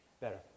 better